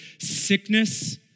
sickness